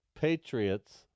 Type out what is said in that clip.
Patriots